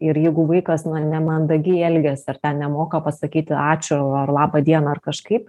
ir jeigu vaikas nemandagiai elgiasi ir tą nemoka pasakyti ačiū ar laba diena ar kažkaip